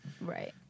Right